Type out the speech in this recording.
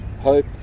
hope